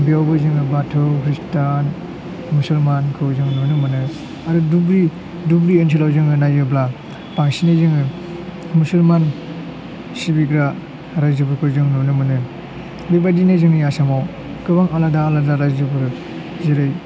बेयावबो जोङो बाथौ खृष्टान मुसलमानखौ जों नुनो मोनो आरो धुबुरि धुबुरि ओनसोलाव जोङो नायोब्ला बांसिनै जोङो मुसलमान सिबिग्रा रायजोफोरखौ जों नुनो मोनो बेबायदिनो जोंनि आसामाव गोबां आलादा आलादा रायजोफोर जेरै